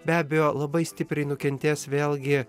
be abejo labai stipriai nukentės vėlgi